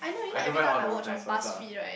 I know where all the nice ones are